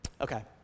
Okay